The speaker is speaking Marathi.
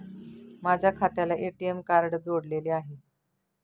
माझ्या खात्याला ए.टी.एम कार्ड जोडलेले आहे